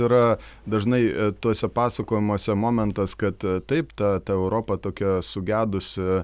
yra dažnai tuose pasakojimuose momentas kad taip ta ta europa tokia sugedusi